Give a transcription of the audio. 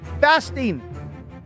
Fasting